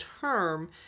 term